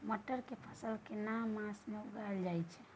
मटर के फसल केना मास में उगायल जायत छै?